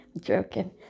joking